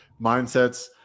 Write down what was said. mindsets